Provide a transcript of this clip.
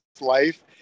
life